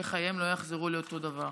שחייהם לא יחזרו להיות אותו הדבר.